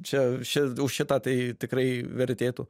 čia ši už šitą tai tikrai vertėtų